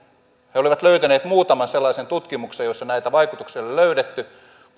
he olivat löytäneet muutaman sellaisen tutkimuksen joissa näitä vaikutuksia ei ole löydetty mutta